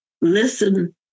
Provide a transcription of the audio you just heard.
listen